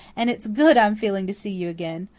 and it's good i'm feeling to see you again.